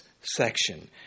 section